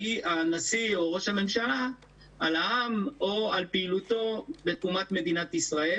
הנשיא או ראש הממשלה על העם או על פעילותו לתקומת מדינת ישראל.